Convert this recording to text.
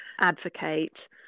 advocate